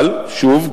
שוב,